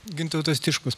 gintautas tiškus